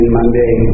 Monday